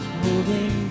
holding